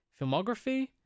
filmography